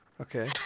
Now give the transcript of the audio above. Okay